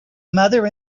mother